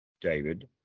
David